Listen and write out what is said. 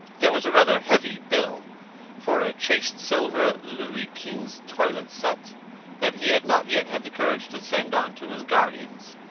there was a rather heavy bill for a chased silver louis-quinze toilet-set that he had not yet had the courage to send on to his guardians,